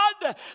God